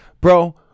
bro